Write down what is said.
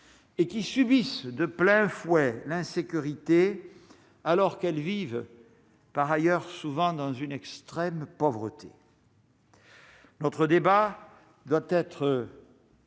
et qui subissent de plein fouet l'insécurité alors qu'elles vivent par ailleurs souvent dans une extrême pauvreté. Notre débat doit être.